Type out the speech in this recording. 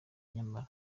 nyamara